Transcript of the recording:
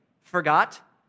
forgot